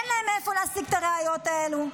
אין להם מאיפה להשיג את הראיות האלו.